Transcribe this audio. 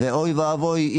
ואוי ואבוי,